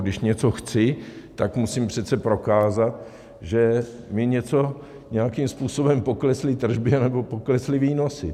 Když něco chci, tak musím přece prokázat, že mi něco, nějakým způsobem, poklesly tržby anebo poklesly výnosy.